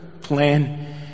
plan